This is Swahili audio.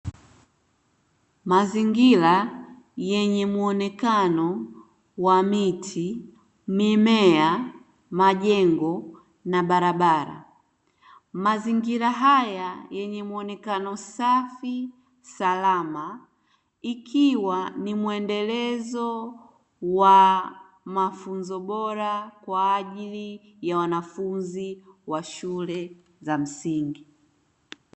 Mazingira yenye muonekano wa miti, mimea, majengo na barabara. Mazingira haya yenye muonekano safi, salama, ikiwa ni mwendelezo wa mafunzo bora kwaajili ya wanafunzi wa shule za msingi.